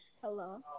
Hello